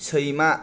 सैमा